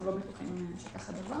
אנחנו לא בטוחים בכך.